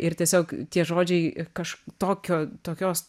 ir tiesiog tie žodžiai kaž tokio tokios